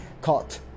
caught